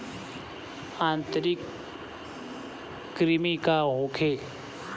आंतरिक कृमि का होखे?